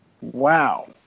Wow